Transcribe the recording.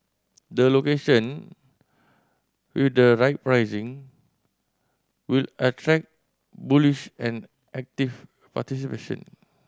the location with the right pricing will attract bullish and active participation